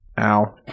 Ow